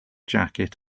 jacket